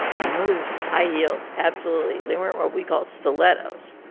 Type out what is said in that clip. i notice. high heels, absolutely they weren't what we call stilettos.